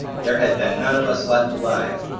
there had been none of us left alive,